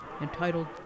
entitled